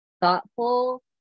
thoughtful